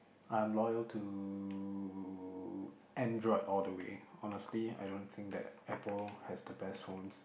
I am loyal to Android all the way honestly I don't think that Apple has the best phones